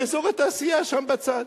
באזור התעשייה שם בצד.